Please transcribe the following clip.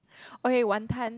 okay wanton